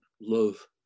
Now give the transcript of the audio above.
love